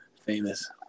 Famous